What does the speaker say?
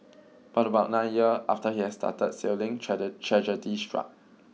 but about nine year after he had started sailing tragedy struck